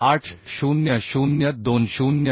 800 2007 7